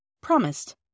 Promised